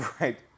Right